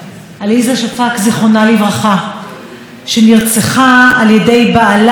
שנרצחה על ידי בעלה בנפרד לפני כמה ימים.